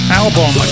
album